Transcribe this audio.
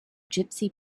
gypsy